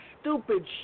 stupid